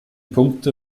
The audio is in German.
punkte